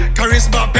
Charisma